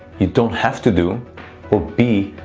you don't have to do or b,